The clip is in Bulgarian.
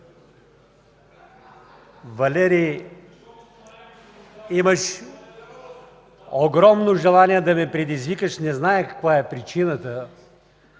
Валери, имаш огромно желание да ме предизвикаш. Не зная каква е причината,